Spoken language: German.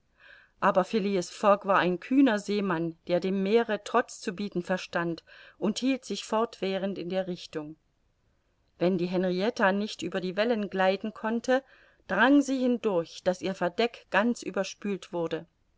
aber phileas fogg war ein kühner seemann der dem meere trotz zu bieten verstand und hielt sich fortwährend in der richtung wenn die henrietta nicht über die wellen gleiten konnte drang sie hindurch daß ihr verdeck ganz überspült wurde